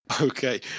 Okay